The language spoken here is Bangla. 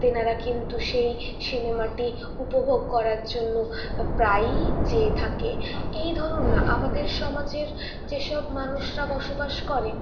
তেনারা কিন্তু সেই সিনেমাটি উপভোগ করার জন্য প্রায়ই যেয়ে থাকে এই ধরুন না আমাদের সমাজের যেসব মানুষরা বসবাস করে